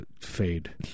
fade